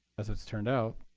as it's turned out,